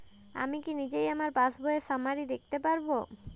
আমি কি নিজেই আমার পাসবইয়ের সামারি দেখতে পারব?